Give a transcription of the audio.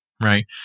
right